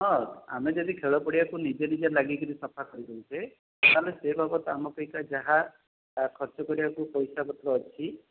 ହଁ ଆମେ ଯଦି ଖେଳପଡ଼ିଆକୁ ନିଜେ ନିଜେ ଲାଗିକରି ସଫା କରିଦେଉଛେ ତା'ହେଲେ ସେ ବାବଦରେ ଆମ ପେଇଁକା ଯାହା ଖର୍ଚ୍ଚ କରିବାକୁ ପଇସା ପତ୍ର ଅଛି